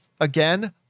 again